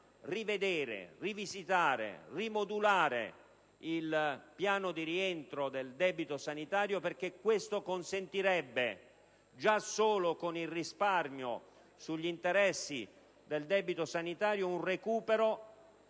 rivedere, rivisitare, rimodulare il piano di rientro del debito sanitario. Ciò consentirebbe, già solo con il risparmio sugli interessi del debito sanitario, un recupero